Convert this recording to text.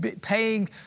paying